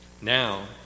now